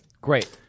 Great